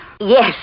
Yes